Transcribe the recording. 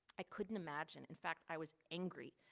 i couldn't imagine in fact, i was angry,